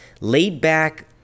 laid-back